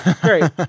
Great